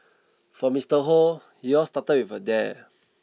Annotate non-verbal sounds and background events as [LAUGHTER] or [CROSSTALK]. for Mister Hoe it all started [UNINTELLIGIBLE] a dare